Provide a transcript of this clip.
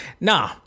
Nah